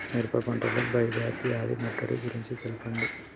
మిరప పంటలో die back వ్యాధి ముట్టడి గురించి తెల్పండి?